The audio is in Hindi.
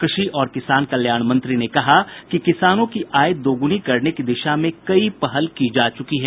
कु षि और किसान कल्याण मंत्री ने कहा किसानों की आय दुगुनी करने की दिशा में कई पहल की जा चुकी हैं